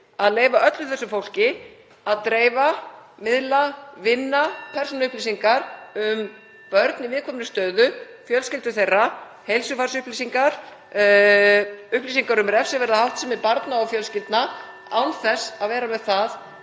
að leyfa öllu þessu fólki að dreifa, miðla og vinna persónuupplýsingar um börn í viðkvæmri stöðu, fjölskyldur þeirra, heilsufarsupplýsingar og upplýsingar um refsiverða háttsemi (Forseti hringir.) barna og fjölskyldna án þess að vera með það